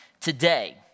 Today